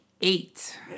eight